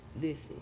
listen